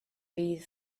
bydd